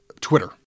Twitter